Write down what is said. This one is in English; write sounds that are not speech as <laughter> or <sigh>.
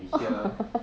<laughs>